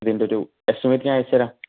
അതിൻ്റെയൊരു എസ്റ്റിമേറ്റ് ഞാൻ അയച്ചു തരാം